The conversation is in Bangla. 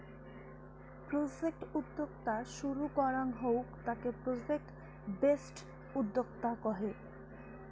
প্রজেক্ট উদ্যোক্তা শুরু করাঙ হউক তাকে প্রজেক্ট বেসড উদ্যোক্তা কহে